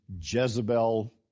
Jezebel